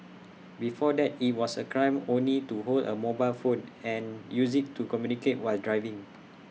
before that IT was A crime only to hold A mobile phone and use IT to communicate while driving